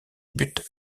buts